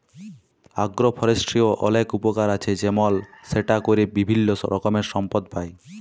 আগ্র ফরেষ্ট্রীর অলেক উপকার আছে যেমল সেটা ক্যরে বিভিল্য রকমের সম্পদ পাই